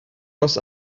was